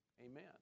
Amen